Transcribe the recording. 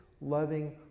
loving